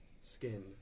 skin